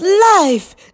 Life